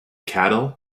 cattle